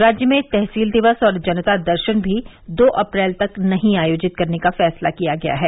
राज्य में तहसील दिवस और जनता दर्शन भी दो अप्रैल तक नहीं आयोजित करने का फैसला किया गया है